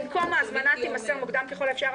במקום "ההזמנה תימסר...מוקדם ככל האפשר,